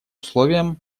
условием